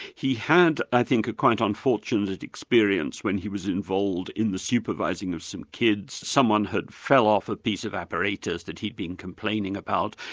he had i think, a quite unfortunate experience when he was involved in the supervising of some kids someone had fell off a piece of apparatus that he'd been complaining about,